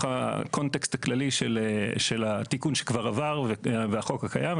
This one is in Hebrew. הקונטקסט הכללי של התיקון שכבר עבר והחוק הקיים.